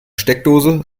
steckdose